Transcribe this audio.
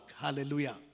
Hallelujah